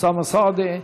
אוסאמה סעדי,